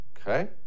Okay